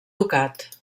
ducat